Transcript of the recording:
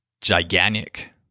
Gigantic